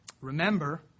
Remember